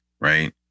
right